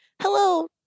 hello